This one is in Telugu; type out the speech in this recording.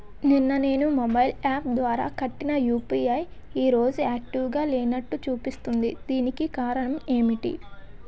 నిన్న నేను మొబైల్ యాప్ ద్వారా కట్టిన యు.పి.ఐ ఈ రోజు యాక్టివ్ గా లేనట్టు చూపిస్తుంది దీనికి కారణం ఏమిటి?